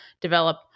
develop